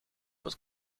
het